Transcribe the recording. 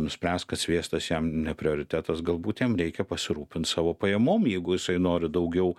nuspręs kad sviestas jam ne prioritetas galbūt jam reikia pasirūpint savo pajamom jeigu jisai nori daugiau